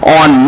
on